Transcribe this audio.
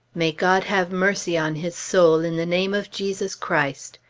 may god have mercy on his soul, in the name of jesus christ!